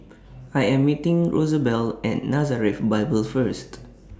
I Am meeting Rosabelle At Nazareth Bible First